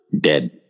dead